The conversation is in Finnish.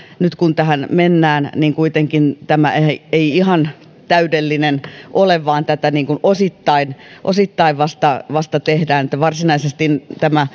nyt kun tähän mennään kuitenkaan tämä ei ei ihan täydellinen ole vaan tätä niin kuin osittain osittain vasta tehdään ja varsinaisesti